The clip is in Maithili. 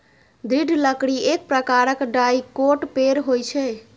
दृढ़ लकड़ी एक प्रकारक डाइकोट पेड़ होइ छै